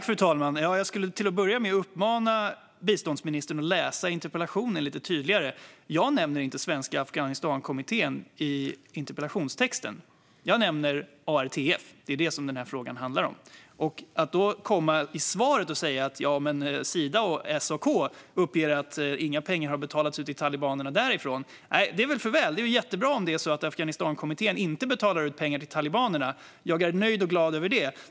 Fru talman! Jag vill till att börja med uppmana biståndsministern att läsa interpellationen lite noggrannare. Jag nämner inte Svenska Afghanistankommittén i interpellationen, utan jag nämner ARTF. Det är detta frågan handlar om, men då kommer Peter Eriksson och säger i sitt svar att Sida och SAK uppger att inga pengar har betalats ut till talibanerna därifrån. Det är ju för väl. Det är jättebra om Svenska Afghanistankommittén inte betalar ut pengar till talibanerna. Jag är nöjd och glad över det.